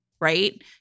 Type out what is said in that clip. right